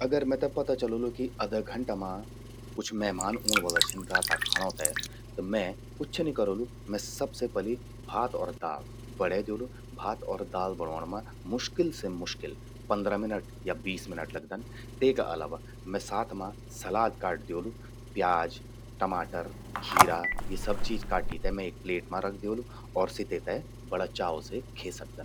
अगर मेते पता चलोलु कि अधा घंटा मां कुछ मेहमान ऊंण वला छिन राता खाणो ते। त मैं कुच्छ नि करोलू, मैं सबसे पलि भात और दाल बणे द्योलु। भात अर दाल बणौण मां मुश्किल से मुश्किल पंद्रह मिनट या बीस मिनट लगदन। तेका अलावा मैं साथ मां सलाद काट द्योलु। प्याज टमाटर खीरा यि सब चीज काटी ते मैं एक प्लेट मां रखि द्योलु। और सि तेते बड़ा चाव से खे सकदन।